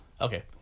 okay